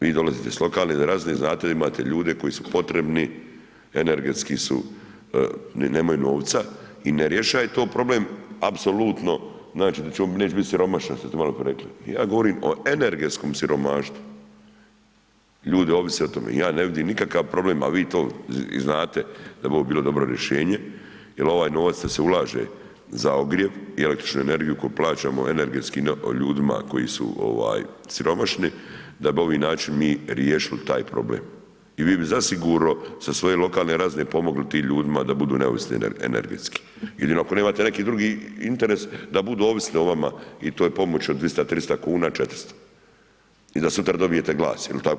Vi dolazite s lokalne razine, znate da imate ljude koji su potrebni, energetski su, ni nemaju novca i ne rješaje to problem apsolutno, znači, da će on, neće bit siromašan, što ste maloprije rekli, ja govorim o energetskom siromaštvu, ljudi ovise o tome i ja ne vidim nikakav problem, a vi to i znate da bi ovo bilo dobro rješenje jel ovaj novac što se ulaže za ogrjev i električnu energiju koju plaćamo energetskim ljudima koji su siromašni, da bi na ovi način riješili taj problem i vi bi zasigurno sa svoje lokalne razine pomogli tim ljudima da budu neovisni energetski, jedino ako nemate neki drugi interes da budu ovisni o vama i to je pomoć od 200, 300 kn, 400 i da sutra dobijete glas, jel tako?